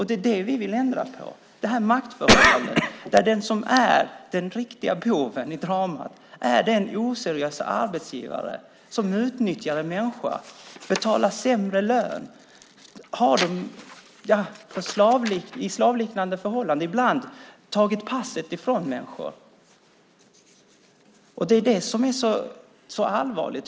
Det är detta maktförhållande vi vill ändra på. Den riktiga boven i dramat är den oseriöse arbetsgivaren, som utnyttjar en människa i slavliknande förhållanden och betalar sämre lön; ibland har människor fått passen fråntagna. Det är detta som är så allvarligt.